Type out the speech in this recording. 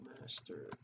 master